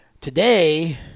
today